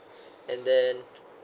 and then